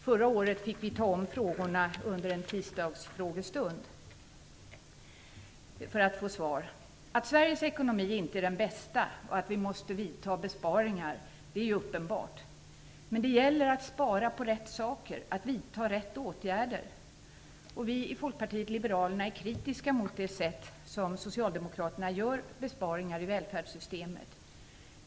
Förra året fick vi ta om frågorna under en tisdagsfrågestund för att få svar. Att Sveriges ekonomi inte är den bästa och att vi måste vidta besparingar är uppenbart. Men det gäller att spara på rätt saker, att vidta rätt åtgärder. Vi i Folkpartiet liberalerna är kritiska mot det sätt på vilket Socialdemokraterna gör besparingar i välfärdssystemet.